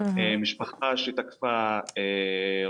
מטבע הדברים,